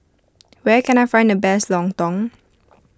where can I find the best Lontong